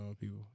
people